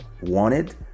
wanted